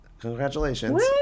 Congratulations